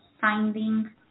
finding